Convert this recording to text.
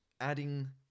adding